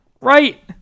Right